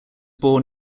born